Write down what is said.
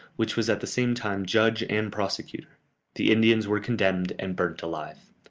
which was at the same time judge and prosecutor the indians were condemned and burnt alive.